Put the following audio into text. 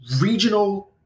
regional